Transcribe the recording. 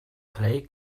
play